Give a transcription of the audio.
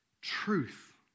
Truth